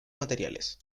materiales